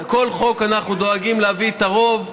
לכל חוק אנחנו דואגים להביא את הרוב,